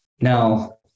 Now